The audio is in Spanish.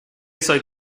soy